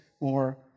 more